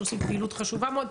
שעושים פעילות חשובה מאוד.